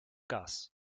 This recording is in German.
gas